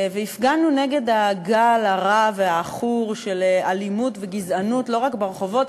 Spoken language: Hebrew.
והפגנו נגד הגל הרע והעכור של אלימות וגזענות לא רק ברחובות,